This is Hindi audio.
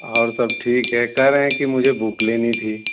और सब ठीक है कह रहे हैं कि मुझे बूक लेनी थी